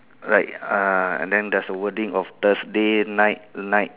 like uh and then there's a wording of Thursday night night